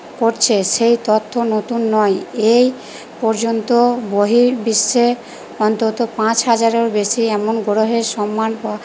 করছে সেই তথ্য নতুন নয় এই পর্যন্ত বহির্বিশ্বে অন্তত পাঁচ হাজারেরও বেশি এমন গ্রহের সম্মান